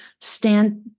stand